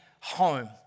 home